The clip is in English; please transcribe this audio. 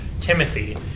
Timothy